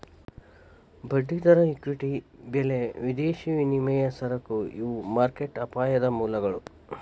ಬಡ್ಡಿದರ ಇಕ್ವಿಟಿ ಬೆಲಿ ವಿದೇಶಿ ವಿನಿಮಯ ಸರಕು ಇವು ಮಾರ್ಕೆಟ್ ಅಪಾಯದ ಮೂಲಗಳ